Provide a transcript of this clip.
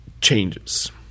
changes